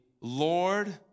Lord